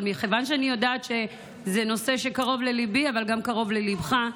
אבל מכיוון שאני יודעת שזה נושא שקרוב לליבי אבל גם קרוב לליבך,